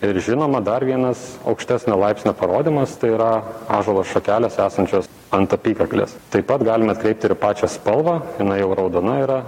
ir žinoma dar vienas aukštesnio laipsnio parodymas tai yra ąžuolo šakelės esančios ant apykaklės taip pat galime atkreipti ir pačią spalvą jinai jau raudona yra